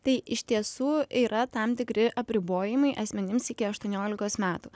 tai iš tiesų yra tam tikri apribojimai asmenims iki aštuoniolikos metų